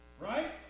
Right